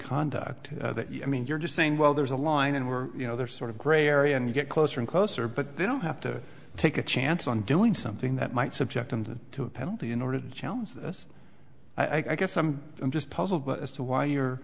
conduct that you i mean you're just saying well there's a line and we're you know they're sort of gray area and you get closer and closer but they don't have to take a chance on doing something that might subject him to a penalty in order to challenge this i guess i'm i'm just puzzled as to why you're